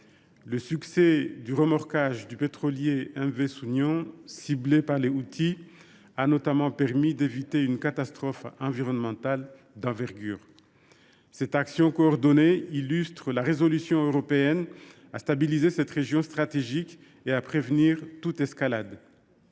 Le succès du remorquage du pétrolier, pris pour cible par les Houthis, a notamment permis d’éviter une catastrophe environnementale d’envergure. Cette action coordonnée le confirme : l’Union européenne est déterminée à stabiliser cette région stratégique et à prévenir toute escalade.